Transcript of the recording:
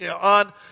on